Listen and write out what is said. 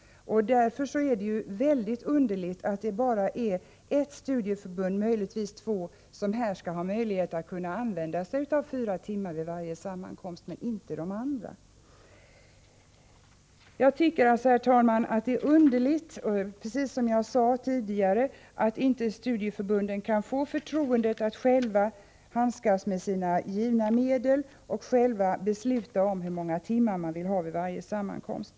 Därför är det mycket underligt att det bara är ett studieförbund, möjligtvis två, som skall kunna använda sig av 4 timmar vid varje sammankomst. Herr talman! Det är, precis som jag sade tidigare, märkligt att inte studieförbunden kan få förtroendet att själva handskas med sina givna medel och själva besluta om hur många timmar de vill ha vid varje sammankomst.